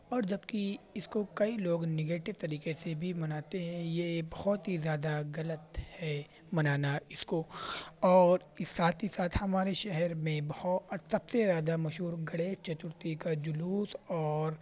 اور جب کہ اس کو کئی لوگ نگیٹیو طریقے سے بھی مناتے ہیں یہ بہت ہی زیادہ غلط ہے منانا اس کو اور ساتھ ہی ساتھ ہمارے شہر میں بہت سب سے زیادہ مشہور گنیش چتورتھی کا جلوس اور